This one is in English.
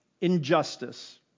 Injustice